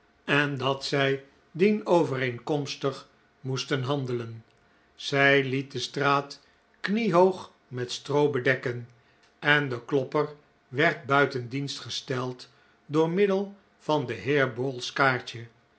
en dat zij dienovereenkomstig moesten handelen zij liet de straat kniehoog met stroo bedekken en de klopper werd buiten dienst gesteld door middel van den heer bowl's kaartje